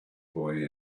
boy